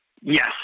Yes